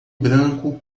branco